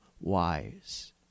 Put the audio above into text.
wise